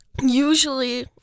usually